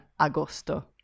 Agosto